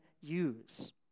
use